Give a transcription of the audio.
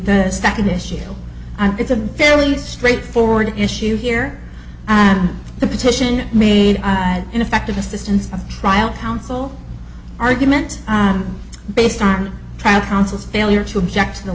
the second issue it's a fairly straightforward issue here the petition made ineffective assistance of trial counsel argument based on trial counsel's failure to object to the